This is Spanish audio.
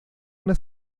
una